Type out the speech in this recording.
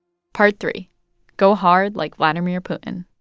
part three go hard like vladimir putin